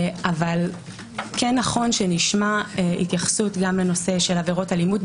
אבל כן נכון שנשמע התייחסות גם לנושא של עבירות אלימות,